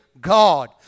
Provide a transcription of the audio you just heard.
God